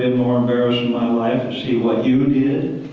and more embarrassed in my life and see what you did.